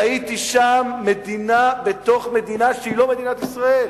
ראיתי שם מדינה בתוך מדינה, שהיא לא מדינת ישראל.